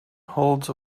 holds